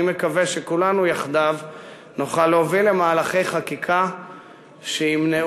אני מקווה שכולנו יחדיו נוכל להוביל למהלכי חקיקה שימנעו